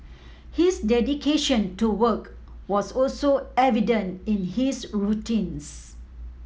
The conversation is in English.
his dedication to work was also evident in his routines